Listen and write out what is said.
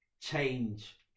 change